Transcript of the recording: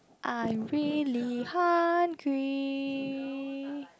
I'm really hungry